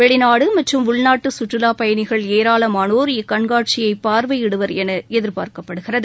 வெளிநாடு மற்றும் உள்நாட்டு குற்றுலாப் பயனிகள் ஏராளமானோர் இக்கண்காட்சியைப் பார்வையிடுவர் என எதிர்பார்க்கப்படுகிறது